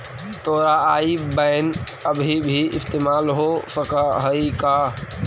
तोरा आई बैन अभी भी इस्तेमाल हो सकऽ हई का?